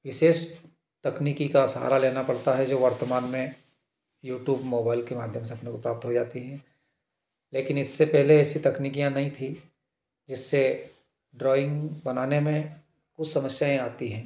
विशेष तकनीकी का सहारा लेना पड़ता है जो वर्तमान में यूट्यूब मोबाइल के माध्यम से अपने को प्राप्त हो जाती हैं लेकिन इससे पहले इसकी तकनीकियाँ नहीं थी जिससे ड्राइंग बनाने में कुछ समस्याएँ आती हैं